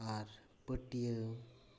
ᱟᱨ ᱯᱟᱹᱴᱭᱟᱹ ᱟᱨ